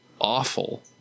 awful